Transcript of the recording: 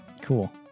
Cool